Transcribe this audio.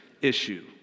issue